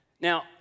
Now